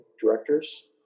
directors